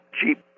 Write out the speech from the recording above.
cheap